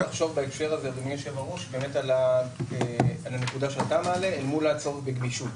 צריך לחשוב בהקשר הזה על הנקודה שאתה מעלה מול ההצעות בגמישות,